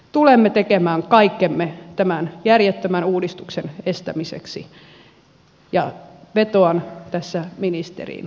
tulemme tekemään kaikkemme tämän järjettömän uudistuksen estämiseksi ja vetoan tässä ministeriin